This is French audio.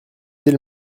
dès